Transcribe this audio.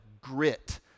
grit